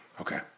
Okay